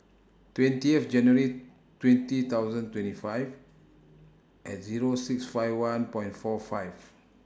twentieth January twenty thousand twenty five At Zero six five one Point For five